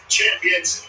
Champions